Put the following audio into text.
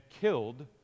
killed